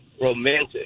Romantic